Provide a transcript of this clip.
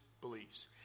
beliefs